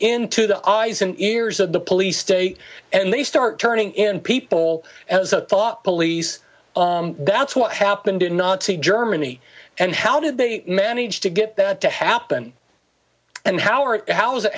into the eyes and ears of the police state and they start turning in people as a thought police that's what happened in nazi germany and how did they manage to get that to happen and how